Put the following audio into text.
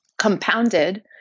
compounded